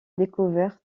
découverte